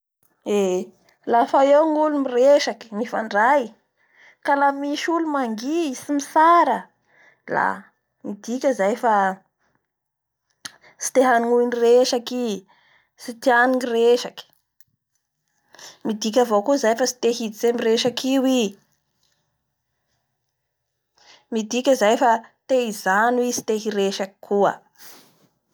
mifandray ka la misy olo mangy tsy misara la midika zay fa tsy te hanoy ny resaky i, tsy tiany ny resaky, midika avao koa zay fa tsy te hiditsy amin'ny resaky io i, midika zay fa te hijano i tsy te hiresaky koa.